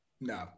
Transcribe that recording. no